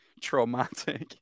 traumatic